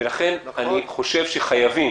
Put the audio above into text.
ולכן אני חושב שחייבים